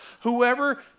Whoever